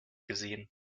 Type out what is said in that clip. gesehen